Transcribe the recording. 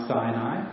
Sinai